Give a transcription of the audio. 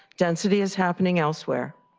density is happening elsewhere.